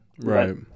Right